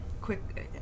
quick